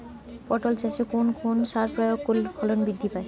পটল চাষে কোন কোন সার প্রয়োগ করলে ফলন বৃদ্ধি পায়?